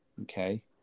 Okay